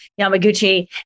Yamaguchi